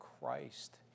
Christ